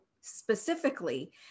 specifically